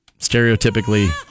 stereotypically